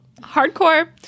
hardcore